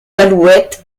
alouettes